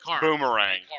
boomerang